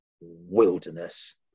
Wilderness